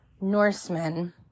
Norsemen